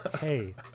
hey